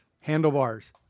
handlebars